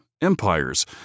empires